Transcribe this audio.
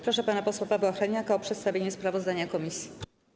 Proszę pana posła Pawła Hreniaka o przedstawienie sprawozdania komisji.